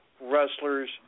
wrestlers